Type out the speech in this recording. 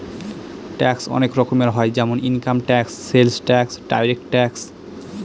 tax অনেক রকম হয় যেমন income tax, sales tax, direct tax